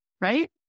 right